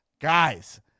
guys